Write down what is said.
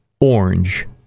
orange